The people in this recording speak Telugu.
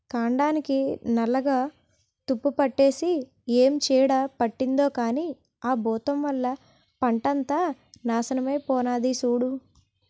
కాండానికి నల్లగా తుప్పుపట్టేసి ఏం చీడ పట్టిందో కానీ ఆ బూతం వల్ల పంటంతా నాశనమై పోనాది సూడూ